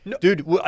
Dude